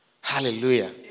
Hallelujah